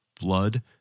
blood